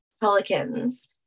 pelicans